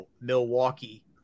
Milwaukee